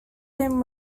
him